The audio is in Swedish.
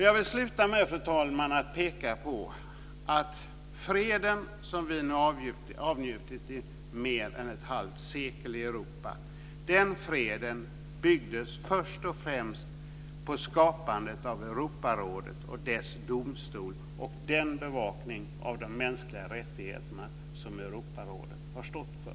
Jag vill sluta, fru talman, med att peka på att freden som vi nu avnjutit i mer än ett halvt sekel i Europa först och främst byggdes på skapandet av Europarådet och dess domstol och den bevakning av de mänskliga rättigheterna som Europarådet har stått för.